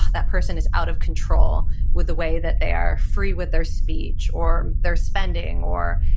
that person is out of control with the way that they are free with their speech or their spending or,